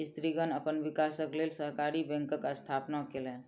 स्त्रीगण अपन विकासक लेल सहकारी बैंकक स्थापना केलैन